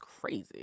crazy